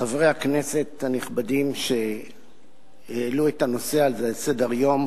חברי הכנסת הנכבדים שהעלו את הנושא הזה על סדר-היום,